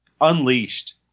Unleashed